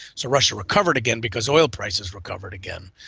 so russia recovered again because oil prices recovered again.